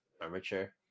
armature